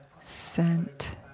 scent